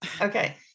Okay